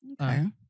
Okay